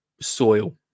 soil